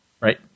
Right